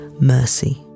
mercy